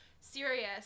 serious